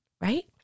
right